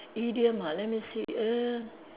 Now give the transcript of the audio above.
idiom ah let me see err